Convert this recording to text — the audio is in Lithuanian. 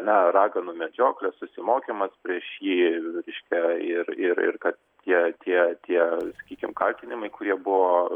na raganų medžioklė susimokymas prieš jį reiškia ir ir ir kad tie tie tie sakykim kaltinimai kurie buvo